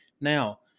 Now